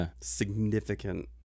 significant